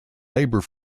labour